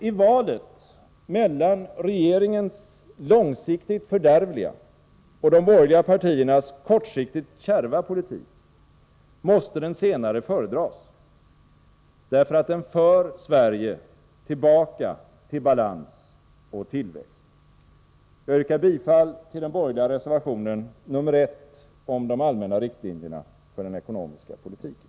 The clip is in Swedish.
I valet mellan regeringens långsiktigt fördärvliga och de borgerliga partiernas kortsiktigt kärva politik måste den senare föredras, därför att den för Sverige tillbaka till balans och tillväxt. Jag yrkar bifall till den borgerliga reservationen nr 1 om de allmänna riktlinjerna för den ekonomiska politiken.